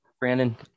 brandon